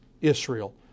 Israel